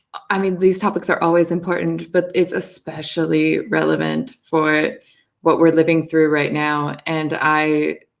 i mean, these topics are always important, but it's especially relevant for what we are living through right now, and i